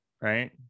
Right